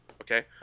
Okay